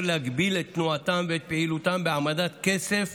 להגביל את תנועתם ואת פעילותם בהעמדת כסף